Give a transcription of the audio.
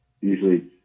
Usually